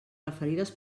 referides